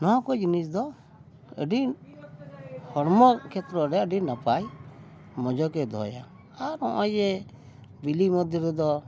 ᱱᱚᱣᱟ ᱠᱚ ᱡᱤᱱᱤᱥ ᱫᱚ ᱟᱹᱰᱤ ᱦᱚᱲᱢᱚ ᱠᱷᱮᱛᱨᱚ ᱨᱮ ᱟᱹᱰᱤ ᱱᱟᱯᱟᱭ ᱢᱚᱡᱚᱠᱮ ᱫᱚᱦᱚᱭᱟ ᱟᱨ ᱱᱚᱜ ᱚᱭ ᱡᱮ ᱵᱤᱞᱤ ᱢᱚᱫᱽᱫᱷᱮ ᱨᱮᱫᱚ